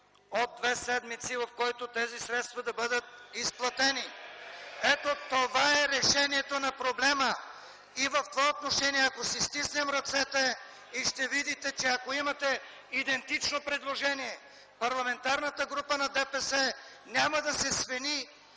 от две седмици, в който тези средства да бъдат изплатени. (Шум, възгласи от ГЕРБ: „Е-е-е!”.) Ето това е решението на проблема! В това отношение, ако си стиснем ръцете, ще видите, че ако имате идентично предложение, Парламентарната група на ДПС няма да се свени